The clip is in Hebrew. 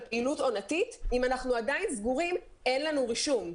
אם אנחנו עדיין סגורים אין לנו רישום.